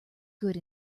good